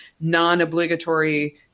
non-obligatory